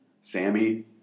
Sammy